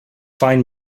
find